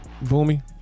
Boomy